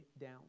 down